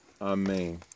Amen